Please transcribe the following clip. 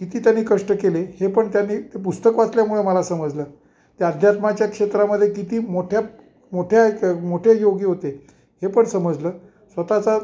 किती त्यांनी कष्ट केले हे पण त्यांनी ते पुस्तक वाचल्यामुळे मला समजलं ते अध्यात्माच्या क्षेत्रामध्ये किती मोठ्या मोठ्या मोठे योगी होते हे पण समजलं स्वताचा